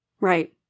Right